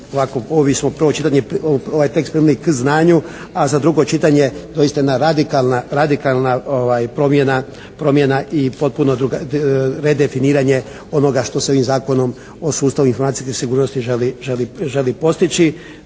ovo smo prvo čitanje, ovaj tekst primili k znanju, a za drugo čitanje doista jedna radikalna promjena i potpuno druga, redefiniranje onoga što se ovim Zakonom o sustavu informacijske sigurnosti želi postići